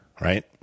right